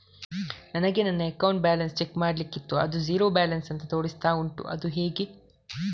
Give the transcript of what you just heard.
ನನಗೆ ನನ್ನ account balance check ಮಾಡ್ಲಿಕ್ಕಿತ್ತು ಅದು ಝೀರೋ ಬ್ಯಾಲೆನ್ಸ್ ಅಂತ ತೋರಿಸ್ತಾ ಉಂಟು ಅದು ಹೇಗೆ?